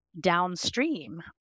downstream